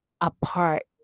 apart